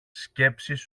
σκέψεις